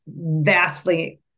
vastly